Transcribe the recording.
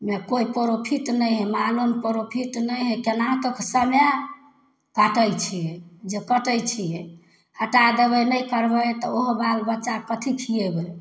मे कोइ प्रॉफिट नहि हइ मालोमे प्रॉफिट नहि हइ केनाहुतो समय काटै छियै जे कटै छियै हटा देबै नहि करबै तऽ ओहो बालबच्चा कथी खियेबै